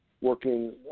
working